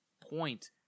point